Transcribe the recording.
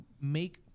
make